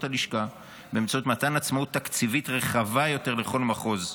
הלשכה באמצעות מתן עצמאות תקציבית רחבה יותר לכל מחוז.